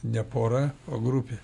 ne pora o grupė